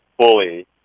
fully